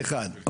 אחד.